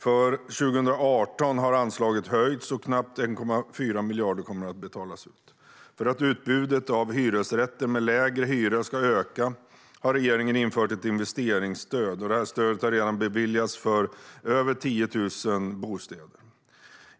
För 2018 har anslaget höjts, och knappt 1,4 miljarder kommer att betalas ut. För att utbudet av hyresrätter med lägre hyra ska öka har regeringen infört ett investeringsstöd. Det stödet har redan beviljats för mer än 10 000 bostäder.